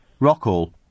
Rockall